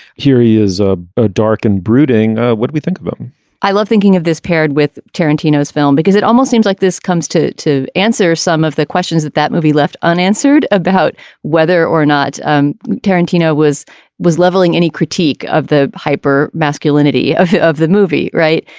here he is ah ah dark and brooding what we think of him i love thinking of this paired with tarantino's film because it almost seems like this comes to to answer some of the questions that that movie left unanswered about whether or not um tarantino was was leveling any critique of the hyper masculinity of of the movie. right.